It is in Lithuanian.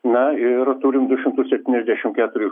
na ir turim du šimtus septyniasdešimt keturi